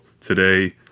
today